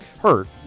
hurt